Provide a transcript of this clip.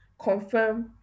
confirm